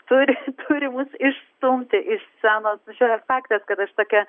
turi turi mus išstumti iš scenos čia yra faktas kad aš tokia